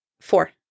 Four